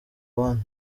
hon